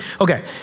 okay